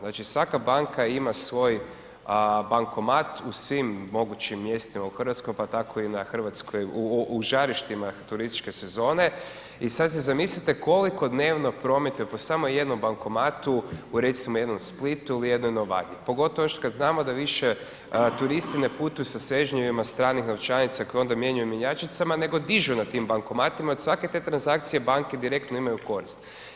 Znači, svaka banka ima svoj bankomat u svim mogućim mjestima u RH, pa tako i na hrvatskoj, u žarištima turističke sezone i sad se zamislite koliko dnevno prometuju po samo jednom bankomatu u recimo jednom Splitu ili u jednoj Novalji, pogotovo još kad znamo da više turisti ne putuju sa svežnjevima stranih novčanica koje onda mijenjaju u mjenjačnicama, nego dižu na tim bankomatima, od svake te transakcije banke direktno imaju korist.